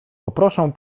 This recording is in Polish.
poproszę